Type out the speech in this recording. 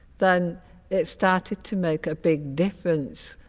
then it started to make a big difference,